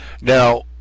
Now